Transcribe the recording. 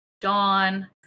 Dawn